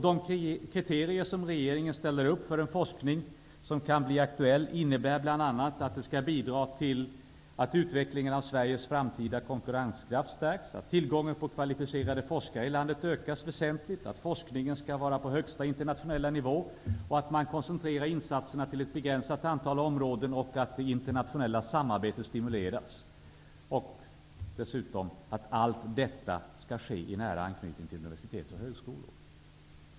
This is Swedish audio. De kriterier som regeringen ställer för en forskning som skall bli aktuell innebär bl.a. att bidra till utvecklingen av Sveriges framtida konkurrenskraft, att tillgången på kvalificerade forskare i landet ökas väsentligt, att forskningen skall vara på högsta internationella nivå, att man koncentrerar insatserna till ett begränsat antal områden, att det internationella samarbetet stimuleras och att allt detta dessutom skall ske i ära anknytning till universitet och högskolor.